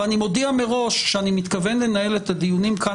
ואני מודיע מראש שאני מתכוון לנהל את הדיונים כאן